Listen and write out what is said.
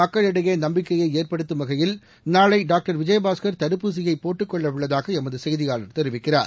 மக்களிடையே நம்பிக்கையை ஏற்படுத்தும் வகையில் நாளை டாக்டர் விஜயபாஸ்கர் தடுப்பூசியை போட்டுக் கொள்ள உள்ளதாக எமது செய்தியாளர் தெரிவிக்கிறார்